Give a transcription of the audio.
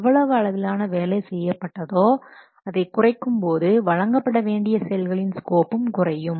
எவ்வளவு அளவிலான வேலை செய்யப்பட்டதோ அதை குறைக்கும் போது வழங்கப்படவேண்டிய செயல்களின் ஸ்கோப்பும் குறையும்